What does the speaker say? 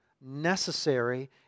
necessary